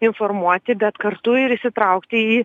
informuoti bet kartu ir įsitraukti į